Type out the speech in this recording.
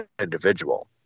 individual